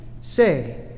say